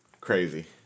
Crazy